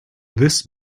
this